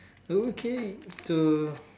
okay the